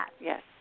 Yes